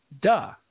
Duh